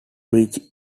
bridge